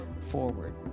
forward